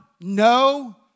No